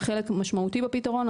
הם חלק משמעותי בפתרון,